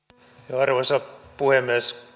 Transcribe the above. arvoisa puhemies